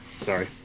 sorry